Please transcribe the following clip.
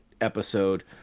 episode